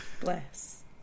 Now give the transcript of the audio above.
bless